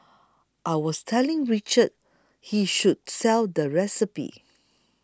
I was telling Richard he should sell the recipe